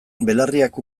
belarriak